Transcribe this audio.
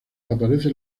aparece